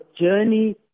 journey